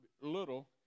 little